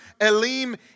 Elim